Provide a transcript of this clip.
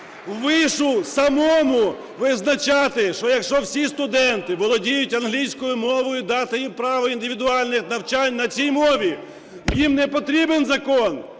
вишу самому визначати, що, якщо всі студенти володіють англійською мовою, дати їм право індивідуальних навчань на цій мові. Їм не потрібен закон,